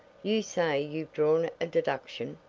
you say you've drawn a deduction?